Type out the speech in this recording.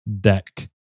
deck